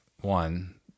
one